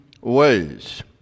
ways